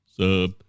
Sub